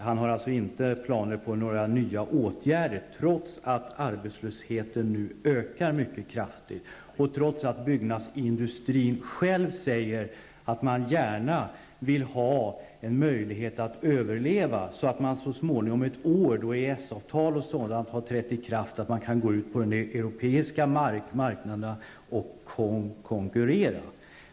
Han har alltså inte några planer på nya åtgärder, trots att arbetslösheten nu ökar mycket kraftigt och trots att byggnadsindustrin själv säger att man gärna vill ha en möjlighet att överleva, så att man så småningom, då EES-avtal och sådant har trätt i kraft, kan gå ut på den europeiska marknaden och konkurrera.